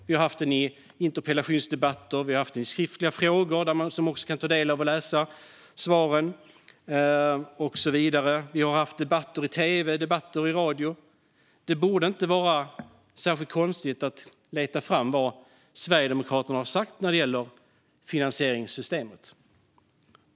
Den har varit uppe i interpellationsdebatter, i skriftliga frågor, som man kan ta del av och läsa svaren på, och så vidare. Vi har haft debatter i tv och i radio. Det borde inte vara särskilt svårt att leta fram vad Sverigedemokraterna har sagt när det gäller finansieringssystemet.